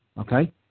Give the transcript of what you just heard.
Okay